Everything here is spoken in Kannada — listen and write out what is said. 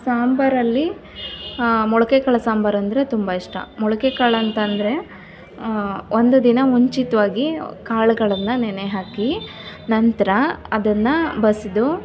ಸಾಂಬಾರಲ್ಲಿ ಮೊಳಕೆ ಕಾಳು ಸಾಂಬಾರೆಂದ್ರೆ ತುಂಬ ಇಷ್ಟ ಮೊಳಕೆ ಕಾಳು ಅಂತ ಅಂದರೆ ಒಂದು ದಿನ ಮುಂಚಿತವಾಗಿ ಕಾಳ್ಗಳನ್ನು ನೆನೆ ಹಾಕಿ ನಂತರ ಅದನ್ನು ಬಸಿದು